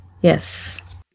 Yes